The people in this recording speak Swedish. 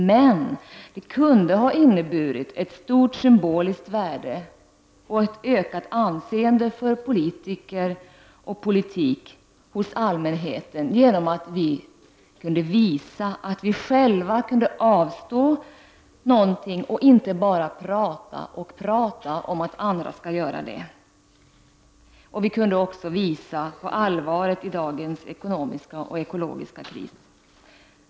Men det kunde ha inneburit ett stort symboliskt värde och ett ökat anseende för politiker och politik hos allmänheten, om vi kunde visa att vi själva kan avstå någonting och inte bara prata om att andra skall göra det. Vi kunde också visa på allvaret i dagens ekonomiska och ekologiska kris.